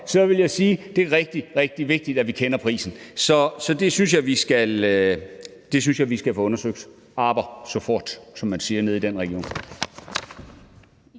vil jeg sige, at det er rigtig, rigtig vigtigt, at vi kender prisen. Så det synes jeg at vi skal få undersøgt – aber sofort, som man siger nede i den region.